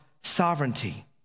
sovereignty